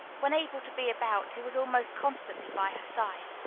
when able to be about, he was almost constantly by her side.